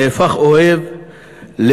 נהפך אוהב לאויב.